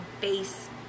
base